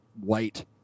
white